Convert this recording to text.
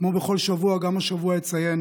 כמו בכל שבוע, גם השבוע אציין